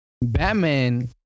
Batman